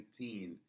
2019